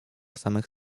samych